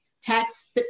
tax